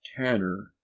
Tanner